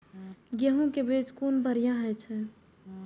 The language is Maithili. गैहू कै बीज कुन बढ़िया होय छै?